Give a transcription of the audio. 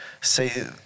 say